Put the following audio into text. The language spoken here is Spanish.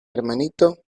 hermanito